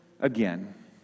again